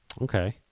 Okay